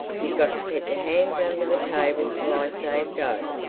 you've got to keep your hands under the table till i say go.